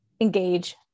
engage